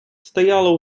стояла